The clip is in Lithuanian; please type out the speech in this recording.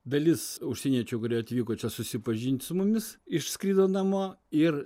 dalis užsieniečių kurie atvyko čia susipažint su mumis išskrido namo ir